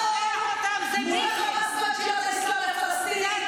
בדרום מול החמאס והג'יהאד האסלאמי הפלסטיני,